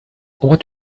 what